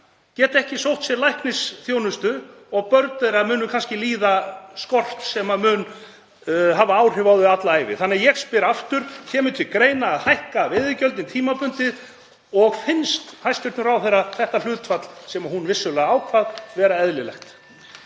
geta ekki sótt sér læknisþjónustu og börn þeirra munu kannski líða skort sem mun hafa áhrif á þau alla ævi. Ég spyr því aftur: Kemur til greina að hækka veiðigjöldin tímabundið og finnst hæstv. ráðherra þetta hlutfall, sem hún vissulega ákvað, vera eðlilegt?